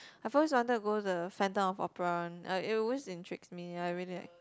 I've always wanted to go the Phantom-of-Opera [one] it always intrigues me I really like